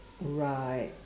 right